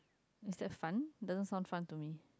is that fun doesn't sound fun to me